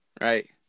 right